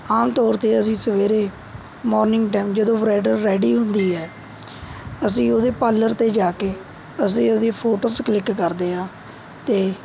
ਆਮ ਤੌਰ 'ਤੇ ਅਸੀਂ ਸਵੇਰੇ ਮੌਰਨਿੰਗ ਟਾਈਮ ਜਦੋਂ ਬ੍ਰਾਈਡਲ ਰੈਡੀ ਹੁੰਦੀ ਹੈ ਅਸੀਂ ਉਹਦੇ ਪਾਰਲਰ 'ਤੇ ਜਾ ਕੇ ਅਸੀਂ ਉਹਦੀ ਫੋੋਟੋਜ਼ ਕਲਿੱਕ ਕਰਦੇ ਹਾਂ ਅਤੇ